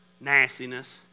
Nastiness